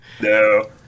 no